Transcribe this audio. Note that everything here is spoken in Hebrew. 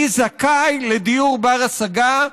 מי זכאי לדיור בר-השגה,